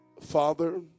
Father